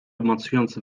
obmacując